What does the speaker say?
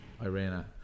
Irena